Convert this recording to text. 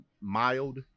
mild